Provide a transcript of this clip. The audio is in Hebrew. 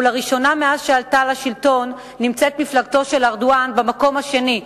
ולראשונה מאז עלתה לשלטון נמצאת מפלגתו של ארדואן במקום השני.